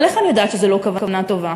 אבל איך אני יודעת שזה לא כוונה טובה?